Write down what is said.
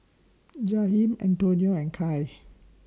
Jaheim Antonio and Kaia